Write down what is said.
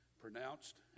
pronounced